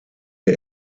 der